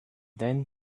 then